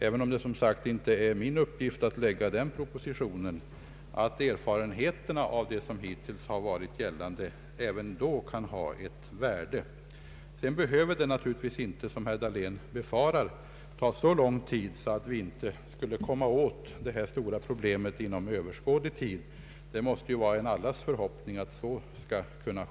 Även om det som sagt inte är min uppgift att framlägga propositionen, tror jag att erfarenheterna av vad som hittills varit gällande kan ha ett värde vid propositionens utarbetande. Det behöver naturligtvis inte, som herr Dahlén befarar, ta så lång tid att vi inte skulle komma åt detta stora problem inom överskådlig tid. Det måste vara allas förhoppning att det skall ske snart.